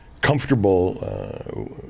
comfortable